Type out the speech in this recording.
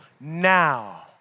now